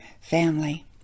family